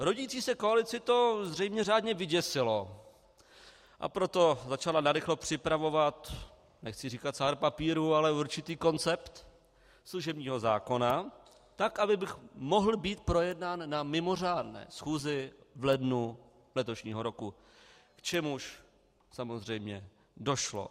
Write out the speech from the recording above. Rodící se koalici to zřejmě řádně vyděsilo, a proto začala narychlo připravovat, nechci říkat cár papíru, ale určitý koncept služebního zákona tak, aby mohl být projednán na mimořádné schůzi v lednu letošního roku, k čemuž samozřejmě došlo.